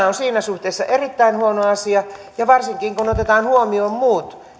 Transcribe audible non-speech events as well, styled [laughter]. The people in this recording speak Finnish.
[unintelligible] on siinä suhteessa erittäin huono asia ja varsinkin kun otetaan huomioon muut